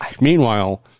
Meanwhile